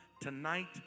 tonight